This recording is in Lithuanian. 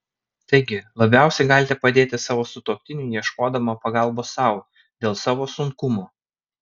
taigi labiausiai galite padėti savo sutuoktiniui ieškodama pagalbos sau dėl savo sunkumo